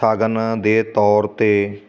ਸ਼ਗਨ ਦੇ ਤੌਰ 'ਤੇ